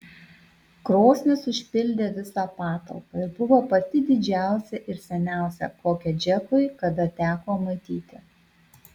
krosnis užpildė visą patalpą ir buvo pati didžiausia ir seniausia kokią džekui kada teko matyti